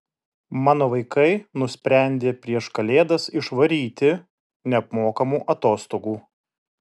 mano vaikai nusprendė prieš kalėdas išvaryti neapmokamų atostogų